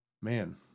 Man